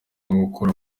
gukora